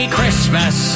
Christmas